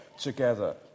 together